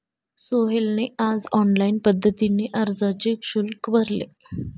सोहेलने आज ऑनलाईन पद्धतीने अर्जाचे शुल्क भरले